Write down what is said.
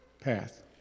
path